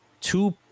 two